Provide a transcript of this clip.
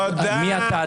מי אתה,